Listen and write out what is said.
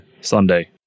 Sunday